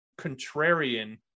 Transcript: contrarian